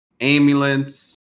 ambulance